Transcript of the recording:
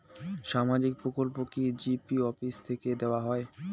সামাজিক প্রকল্প কি জি.পি অফিস থেকে দেওয়া হয়?